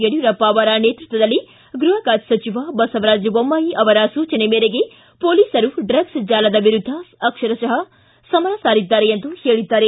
ಯಡಿಯೂರಪ್ಪ ಅವರ ನೇತೃತ್ವದಲ್ಲಿ ಗೃಹ ಖಾತೆ ಸಚಿವ ಬಸವರಾಜ ಬೊಮ್ಲಾಯಿ ಅವರ ಸೂಚನೆ ಮೇರೆಗೆ ಪೊಲೀಸರು ಡ್ರಗ್ಲೆ ಜಾಲದ ವಿರುದ್ದ ಅಕ್ವರತಃ ಸಮರ ಸಾರಿದ್ದಾರೆ ಎಂದು ಹೇಳಿದ್ದಾರೆ